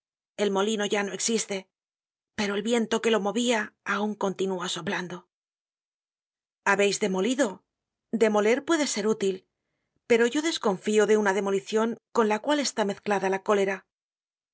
el molino ya no existe pero el viento que lo movia aun continúa soplando habeis demolido demoler puede ser útil pero yo desconfio de una demolicion con la cual está mezclada la cólera